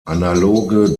analoge